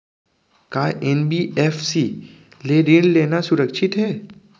का एन.बी.एफ.सी ले ऋण लेना सुरक्षित हे?